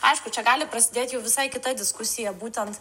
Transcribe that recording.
aišku čia gali prasidėti jau visai kita diskusija būtent